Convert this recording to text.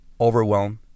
overwhelmed